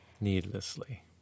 Needlessly